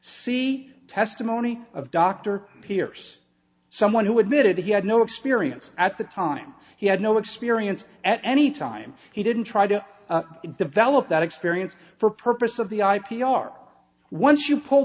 c testimony of dr here's someone who admitted he had no experience at the time he had no experience at any time he didn't try to develop that experience for purpose of the i p r once you pull